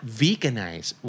veganize